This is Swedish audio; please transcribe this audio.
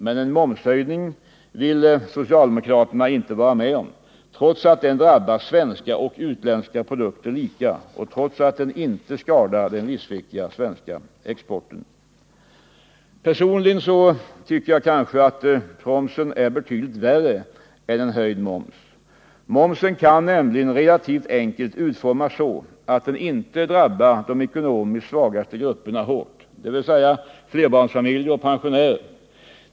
Men en momshöjning vill socialdemokraterna inte vara med om, trots att den drabbar svenska och utländska produkter lika och trots att den inte skadar den livsviktiga svenska exporten. Personligen tycker jag att promsen är betydligt värre än en höjd moms. Momsen kan nämligen relativt enkelt utformas så att den inte drabbar de ekonomiskt svagaste grupperna hårt, dvs. flerbarnsfamiljer och pensionärer.